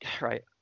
Right